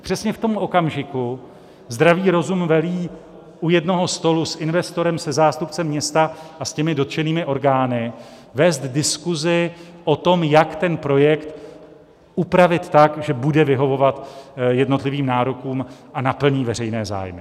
Přesně v tom okamžiku zdravý rozum velí, u jednoho stolu s investorem se zástupcem města a s těmi dotčenými orgány vést diskuzi o tom, jak projekt upravit tak, že bude vyhovovat jednotlivým nárokům a naplní veřejné zájmy.